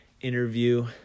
interview